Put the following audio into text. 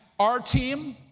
our team,